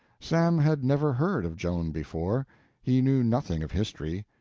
sam had never heard of joan before he knew nothing of history.